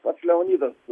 pats leonidas